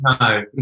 No